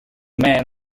man